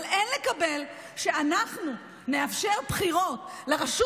אבל אין לקבל שאנחנו נאפשר בחירות לרשות